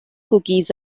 cookies